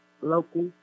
local